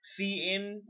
CN